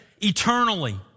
eternally